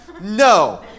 no